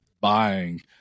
buying